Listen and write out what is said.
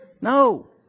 No